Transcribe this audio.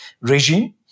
regime